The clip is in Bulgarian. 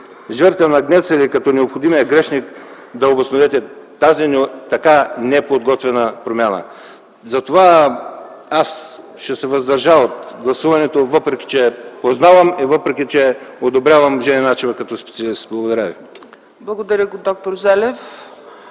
„жертвен агнец” или като „необходимия грешник” да обосновете тази така неподготвена промяна. Затова аз ще се въздържа от гласуването, въпреки че познавам и въпреки че одобрявам Жени Начева като специалист. Благодаря ви. ПРЕДСЕДАТЕЛ ЦЕЦКА